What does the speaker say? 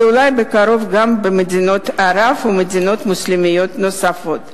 ואולי בקרוב גם במדינות ערב ומדינות מוסלמיות נוספות.